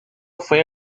fue